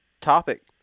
topic